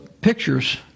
pictures